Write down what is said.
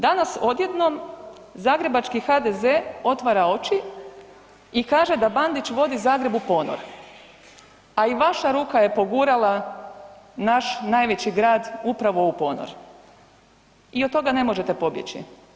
Danas odjednom zagrebački HDZ otvara oči i kaže da Bandić vodi Zagreb u ponor, a i vaša ruka je pogurala naš najveći grad upravo u ponor i od toga ne možete pobjeći.